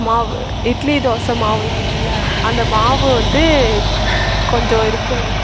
மாவு இட்லி தோசை மாவெலாம் இருக்கும்ல அந்த மாவு வந்து கொஞ்சம் இருக்கணும்